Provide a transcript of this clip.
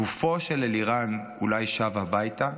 גופו של אלירן אולי שב הביתה,